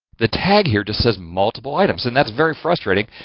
the tag here just says multiple items and that's very frustrating.